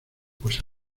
pues